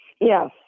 Yes